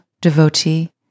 devotee